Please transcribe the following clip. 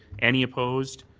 any opposed.